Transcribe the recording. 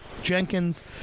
Jenkins